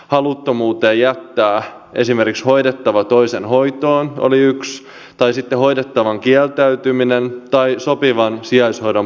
yksi oli haluttomuus jättää hoidettava toisen hoitoon tai sitten hoidettavan kieltäytyminen tai sopivan sijaishoidon puute